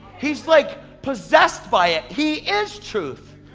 he's like possessed by it. he is truth.